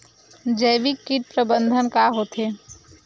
जैविक कीट प्रबंधन का होथे?